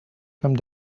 come